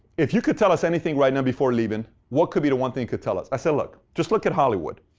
if you could tell us anything right now before leaving, what could be the one thing you could tell us. i said, look, just look at hollywood.